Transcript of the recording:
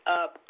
up